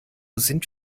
sind